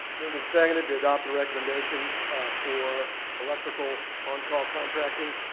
moved and seconded to adopt the recommendation for electrical on-call contracting.